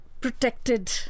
protected